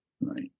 right